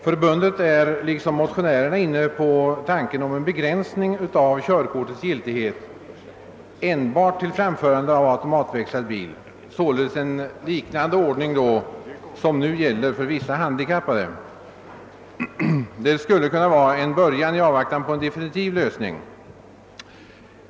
Förbundet är liksom motionärerna inne på tanken på en begränsning av körkortets giltighet enbart till framförande av automatväxlad bil, således en ordning liknande den som nu gäller för vissa handikappade. Denna ordning skulle kunna gälla preliminärt i avvaktan på en definitiv lösning.